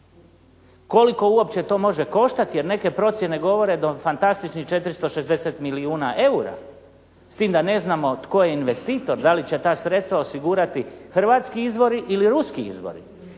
koliko uopće to može koštati, jer neke procjene govore do fantastičnih 460 milijuna eura s tim da ne znamo tko je investitor, da li će ta sredstva osigurati hrvatski izvori ili ruski izvori.